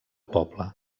poble